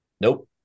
Nope